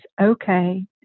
okay